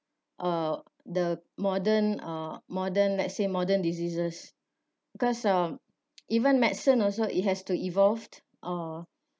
uh the modern uh modern let's say modern diseases cause um even medicine also it has to evolve uh